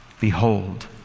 Behold